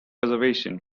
reservation